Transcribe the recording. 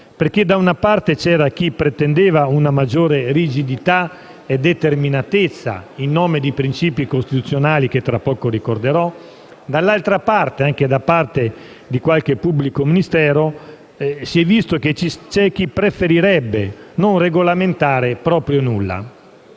gioco: da un lato, infatti, c'era chi pretendeva una maggiore rigidità e determinatezza in nome di principi costituzionali che tra poco ricorderò, dall'altro, anche da parte di qualche pubblico ministero, si è visto che c'è chi preferirebbe non regolamentare proprio nulla.